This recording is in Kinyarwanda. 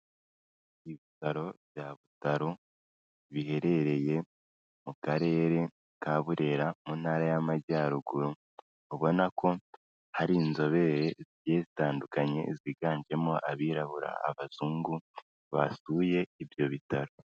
Ibitaro bya Butaro biherereye mu karere ka Burera mu ntara y'Amajyaruguru, ubona ko hari inzobere zitandukanye ziganjemo abirabura, abazungu basuye ibyo bitaro.